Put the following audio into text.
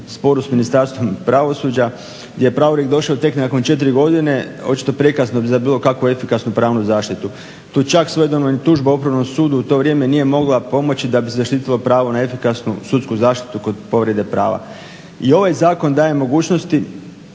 sporu s Ministarstvom pravosuđa gdje je pravorijek došao tek nakon 4 godine, očito prekasno za bilo kakvu efikasnu pravnu zaštitu. Tu čak svojedobno i tužba Upravnom sudu u to vrijeme nije mogla pomoći da bi zaštiti pravo na efikasnu sudsku zaštitu kod povrede prava. I ovaj zakon daje mogućnosti